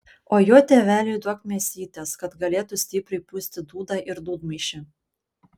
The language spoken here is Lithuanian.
o jo tėveliui duok mėsytės kad galėtų stipriai pūsti dūdą ir dūdmaišį